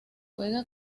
juega